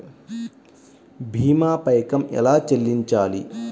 భీమా పైకం ఎలా చెల్లించాలి?